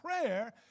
prayer